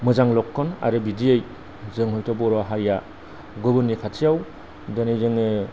मोजां लक्कन आरो बिदियै जों हयथ' बर' हारिया गुनुनि खाथियाव दिनै जोङो